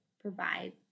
provide